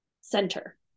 center